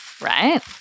right